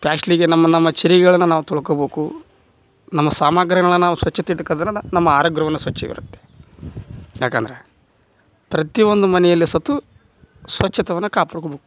ಪ್ಲಾಸ್ಟ್ಲಿಗೆ ನಮ್ಮ ನಮ್ಮ ಚರಿಗಳನ್ನು ನಾವು ತೊಳ್ಕೊಬೇಕು ನಮ್ಮ ಸಾಮಗ್ರಿಗಳು ನಾವು ಸ್ವಚ್ಛತೆ ಇಟ್ಟುಕಂಡ್ರನ ನಮ್ಮ ಆರೋಗ್ಯವನ್ನು ಸ್ವಚ್ಛವಿರುತ್ತೆ ಯಾಕಂದರೆ ಪ್ರತಿ ಒಂದು ಮನೆಯಲ್ಲಿ ಸತ್ತು ಸ್ವಚ್ಛತಯನ್ನ ಕಾಪಾಡ್ಕೊಬೇಕು